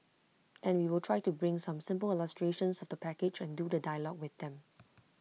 and we will try to bring some simple illustrations of the package and do the dialogue with them